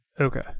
Okay